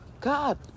God